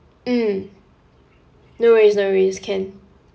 mm no worries no worries can